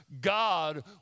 God